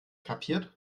kapiert